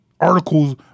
articles